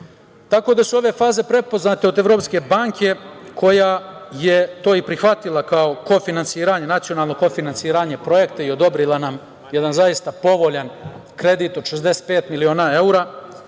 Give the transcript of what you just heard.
tako da su ove faze prepoznate od Evropske banke koja je to i prihvatila kao nacionalno kofinansiranje projekta i odobrila nam jedan zaista povoljan kredit od 65 miliona evra